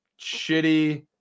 shitty